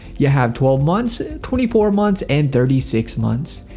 you have twelve months, twenty four months, and thirty six months.